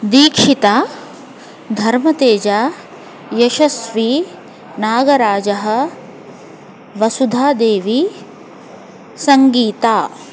दीक्षिता धर्मतेजा यशस्वी नागराजः वसुधादेवी सङ्गीता